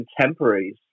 contemporaries